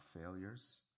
failures